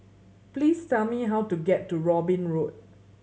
please tell me how to get to Robin Road